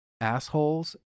assholes